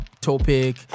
topic